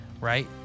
right